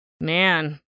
Man